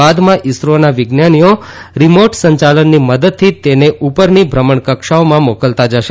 બાદમાં ઇસરોના વિજ્ઞાનીઓ રીમોટ સંચાલનની મદદથી તેને ઉ રની ભ્રમણકક્ષાઓમાં મોકલતા જશે